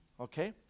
Okay